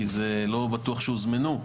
כי זה לא בטוח שהוזמנו,